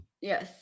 Yes